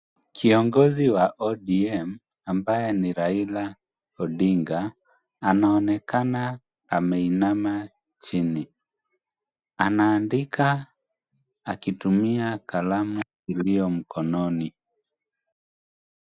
Kiongozi wa ODM ambaye ni Raila Odinga, anaonekana ameinama chini anaandikwa akitumia kalamu iliyo mkononi.